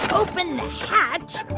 open the hatch.